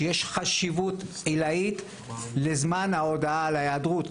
שישנה חשיבות עילאית לזמן ההודעה על היעדרות,